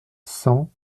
cent